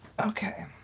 Okay